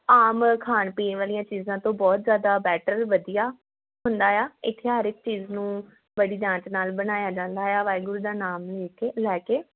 ਆਮ ਖਾਣ ਪੀਣ ਵਾਲੀਆਂ ਚੀਜ਼ਾਂ ਤੋਂ ਬਹੁਤ ਜ਼ਿਆਦਾ ਬੈਟਰ ਵਧੀਆ ਹੁੰਦਾ ਆ ਇੱਥੇ ਹਰ ਇਕ ਚੀਜ਼ ਨੂੰ ਬੜੀ ਜਾਂਚ ਨਾਲ ਬਣਾਇਆ ਜਾਂਦਾ ਆ ਵਾਹਿਗੁਰੂ ਦਾ ਨਾਮ ਲੇ ਕੇ ਲੈ ਕੇ